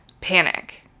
panic